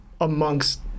amongst